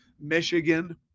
Michigan